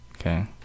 Okay